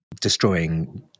destroying